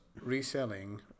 reselling